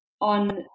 on